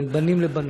בין בנים לבנות.